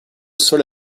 sort